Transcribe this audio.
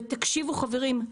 תקשיבו חברים,